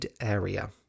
area